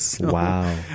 Wow